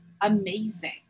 amazing